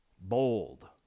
bold